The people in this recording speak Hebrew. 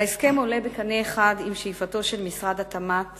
ההסכם עולה בקנה אחד עם שאיפתו של משרד התמ"ת